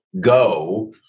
go